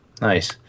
Nice